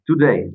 today